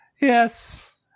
yes